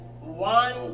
one